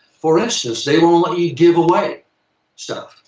for instance, they won't let you give away stuff.